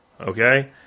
okay